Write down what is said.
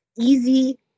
easy